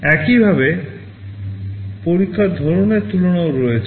একইভাবে পরীক্ষার ধরণের তুলনা রয়েছে